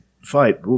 fight